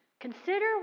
Consider